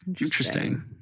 Interesting